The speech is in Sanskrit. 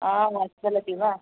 आ आ चलति वा